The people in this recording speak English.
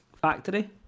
factory